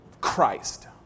Christ